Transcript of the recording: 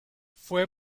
fue